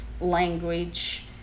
language